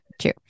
true